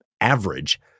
average